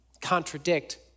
contradict